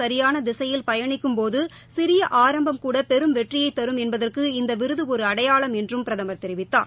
சரியான திசையில் பயணிக்கும்போது சிறிய ஆரம்பம் கூட பெரும் வெற்றியை தரும் என்பதற்கு இந்த விருது ஒரு அடையாளம் என்று பிரதமர் தெரிவித்தார்